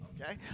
Okay